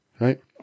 Right